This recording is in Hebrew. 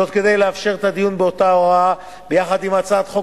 כדי לאפשר את הדיון באותה הוראה ביחד עם הצעת חוק